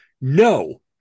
no